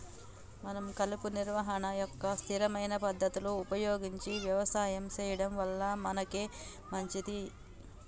మనం కలుపు నిర్వహణ యొక్క స్థిరమైన పద్ధతులు ఉపయోగించి యవసాయం సెయ్యడం వల్ల మనకే మంచింది